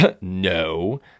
no